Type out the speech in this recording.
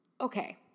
okay